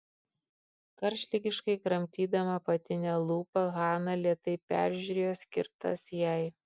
karštligiškai kramtydama apatinę lūpą hana lėtai peržiūrėjo skirtas jai